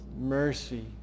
mercy